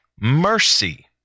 mercy